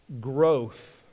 growth